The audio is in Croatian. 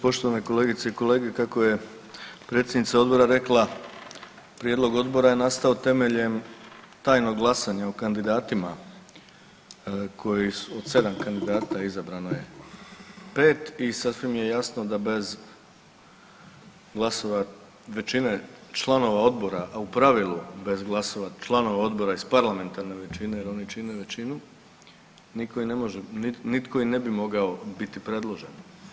Poštovane kolegice i kolege, kako je predsjednica Odbora rekla prijedlog odbora je nastao temeljem tajnog glasanja o kandidatima koji su od 7 kandidata izabrano je 5 i sasvim je jasno da bez glasova većine članova Odbora a u pravilu bez glasova članova odbora iz parlamentarne većine jer oni čine većinu nitko u biti ne bi mogao biti predložen.